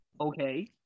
okay